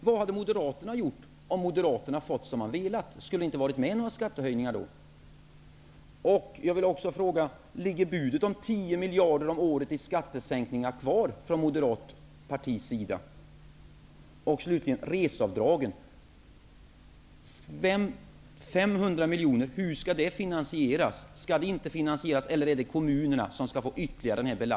Vad hade Moderaterna gjort om de hade fått som de hade velat? Skulle det inte ha blivit några skattehöjningar? Ligger budet på skattesänkningar om 10 miljarder kronor om året kvar från det moderata partiets sida? Slutligen har vi frågan om reseavdragen. Hur skall 500 miljoner kronor finansieras? Skall det inte ske en finansiering, eller är det kommunerna som skall belastas ytterligare?